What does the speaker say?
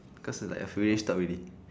cause like a stop already